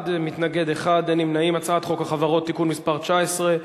ההצעה להעביר את הצעת חוק החברות (תיקון מס' 19)